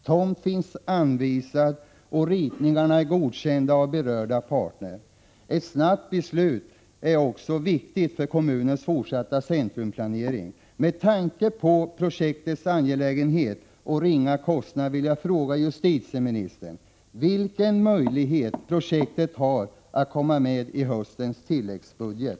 Tomt finns anvisad, och ritningarna är godkända av berörda parter. Ett snabbt beslut är också viktigt för kommunens fortsatta centrumplanering. Med tanke på projektets angelägenhet och ringa kostnad vill jag fråga justitieministern vilken möjlighet projektet har att komma med i höstens tilläggsbudget.